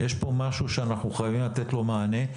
יש פה משהו שאנחנו חייבים לתת לו מענה.